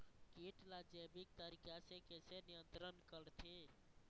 कीट ला जैविक तरीका से कैसे नियंत्रण करथे?